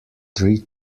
three